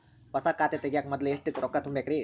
ಹೊಸಾ ಖಾತೆ ತಗ್ಯಾಕ ಮೊದ್ಲ ಎಷ್ಟ ರೊಕ್ಕಾ ತುಂಬೇಕ್ರಿ?